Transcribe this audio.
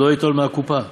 לא ייטול מן הקופה.